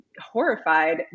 horrified